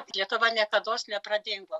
lietuva niekados nepradingo